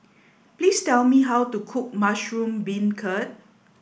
please tell me how to cook Mushroom Beancurd